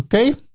okay.